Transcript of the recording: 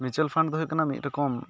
mutual fund ᱫᱚ ᱦᱩᱭᱩᱜ ᱠᱟᱱᱟ ᱢᱤᱫ ᱨᱚᱠᱚᱢ